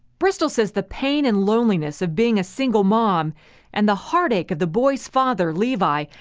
bristol says the pain and loneliness of being a single mom and the heartache of the boy's father, levi,